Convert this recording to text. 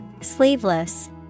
Sleeveless